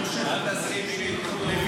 מיכאל, אל תסכים שידחו, תצביע.